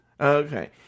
Okay